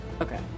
Okay